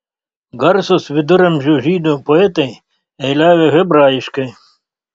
garsūs viduramžių žydų poetai eiliavę hebrajiškai